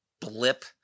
blip